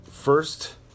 first